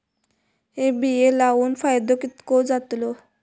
हे बिये लाऊन फायदो कितको जातलो?